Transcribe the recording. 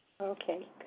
okay